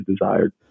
desired